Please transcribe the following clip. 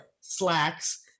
slacks